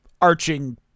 arching